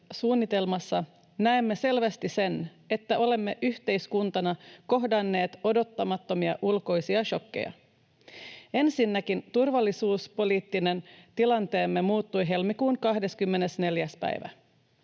suunnitelmassa näemme selvästi, että olemme yhteiskuntana kohdanneet odottamattomia ulkoisia šokkeja. Ensinnäkin turvallisuuspoliittinen tilanteemme muuttui helmikuun 24. päivä.